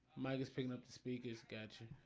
mike is picking up the speaker's got you.